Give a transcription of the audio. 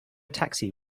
taxi